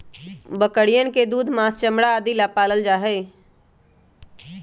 बकरियन के दूध, माँस, चमड़ा आदि ला पाल्ल जाहई